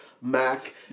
Mac